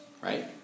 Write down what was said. Right